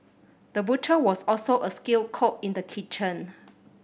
the butcher was also a skilled cook in the kitchen